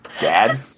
Dad